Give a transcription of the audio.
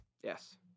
Yes